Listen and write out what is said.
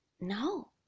no